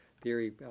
theory